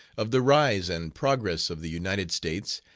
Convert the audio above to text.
of the rise and progress of the united states,